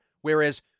Whereas